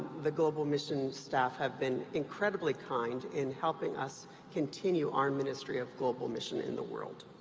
the global mission staff have been incredibly kind in helping us continue our ministry of global mission in the world.